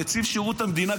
נציב שירות המדינה,